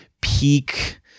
peak